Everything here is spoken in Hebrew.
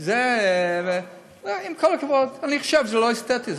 עם כל הכבוד, אני חושב שזה לא אסתטי.